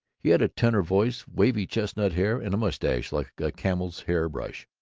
he had a tenor voice, wavy chestnut hair, and a mustache like a camel's-hair brush.